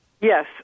yes